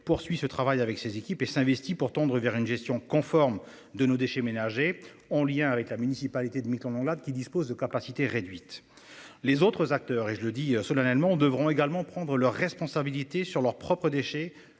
poursuit ce travail avec ses équipes et s'investit pour tendre vers une gestion conforme de nos déchets ménagers ont lien avec la municipalité de migrants non lad qui disposent de capacités réduites. Les autres acteurs et je le dis solennellement devront également prendre leurs responsabilités sur leurs propres déchets